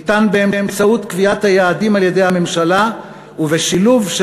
ניתן באמצעות קביעת היעדים על-ידי הממשלה ובשילוב של